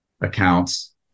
accounts